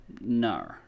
No